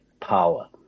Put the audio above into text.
power